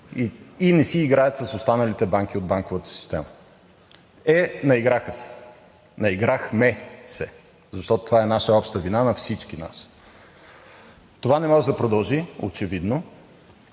и не си играят с останалите банки от банковата система!“ Е, наиграха се, наиграхме се, защото това е наша обща вина на всички нас. Това не може да продължи очевидно.